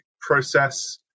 process